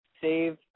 save